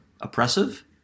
oppressive